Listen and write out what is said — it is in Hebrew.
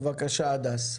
בבקשה הדס.